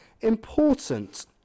important